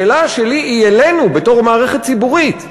השאלה שלי היא אלינו, בתור מערכת ציבורית.